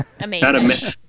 amazing